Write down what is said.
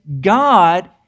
God